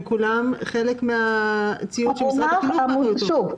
כולם חלק מן הציוד שמשרד החינוך מביא אותו.